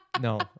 No